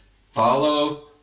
follow